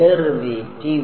derivative